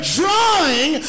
drawing